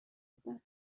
بودند